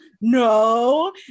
no